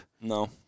No